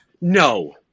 No